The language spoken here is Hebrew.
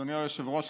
אדוני היושב-ראש,